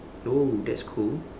oh that's cool